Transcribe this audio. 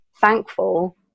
thankful